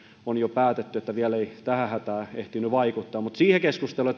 on jo päätetty että vielä ei tähän hätään ehtinyt vaikuttaa mutta siihen keskusteluun